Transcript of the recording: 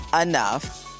enough